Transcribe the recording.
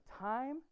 time